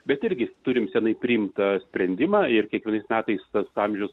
bet irgi turime senai priimtą sprendimą ir kiekvienais metais tas amžius